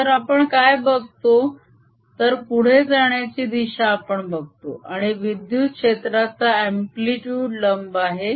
तर आपण काय बघतो तर पुढे जाण्याची दिशा आपण बघतो आणि विद्युत क्षेत्राचा अम्प्लीतुड लंब आहे